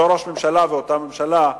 אותו ראש ממשלה ואותה ממשלה,